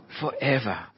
forever